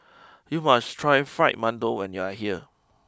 you must try Fried Mantou when you are here